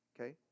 Okay